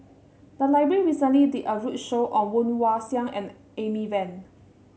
the library recently did a roadshow on Woon Wah Siang and Amy Van